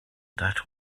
that